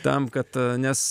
tam kad a nes